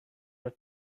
were